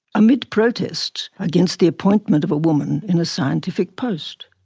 amid protests against the appointment of a woman in a scientific post.